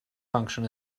function